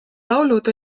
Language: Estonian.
laulud